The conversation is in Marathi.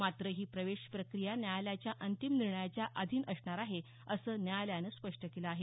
मात्र ही प्रवेश प्रक्रिये न्यायालयाच्या अंतिम निर्णयाच्या अधिन असणार आहे असं न्यायालयानं स्पष्ट केलं आहे